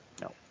No